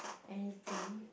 anything